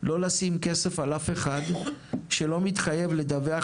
לא לשים כסף על אף אחד שלא מתחייב לדווח